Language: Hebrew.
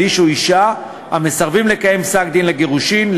איש או אישה המסרבים לקיים פסק-דין לגירושין,